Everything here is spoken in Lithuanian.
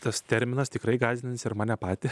tas terminas tikrai gąsdins ir mane patį